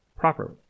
Properly